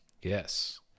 Yes